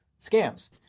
scams